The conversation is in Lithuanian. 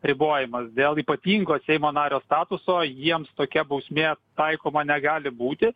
ribojimas dėl ypatingo seimo nario statuso jiems tokia bausmė taikoma negali būti